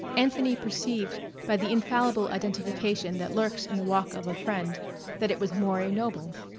anthony perceived by the infallible identification that lurks in the walk of a friend that it was maury noble.